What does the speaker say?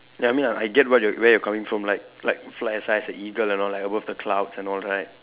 like I mean I I get what you where you're coming from like like fly as high as a eagle like above the clouds and all right